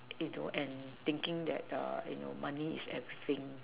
you know and thinking that err you know money is everything